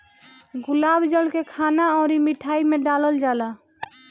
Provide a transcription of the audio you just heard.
गुलाब जल के खाना अउरी मिठाई में डालल जाला